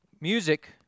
Music